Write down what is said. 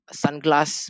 sunglass